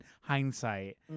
hindsight